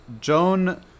Joan